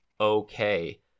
okay